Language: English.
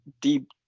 deep